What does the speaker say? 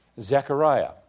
Zechariah